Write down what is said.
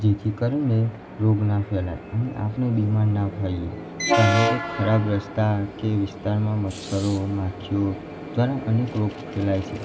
જેથી કરીને રોગ ના ફેલાય અને આપણે બીમાર ના થઈએ કારણ કે ખરાબ રસ્તા કે વિસ્તારમાં મચ્છરો માખીઓ દ્વારા અનેક રોગો ફેલાય છે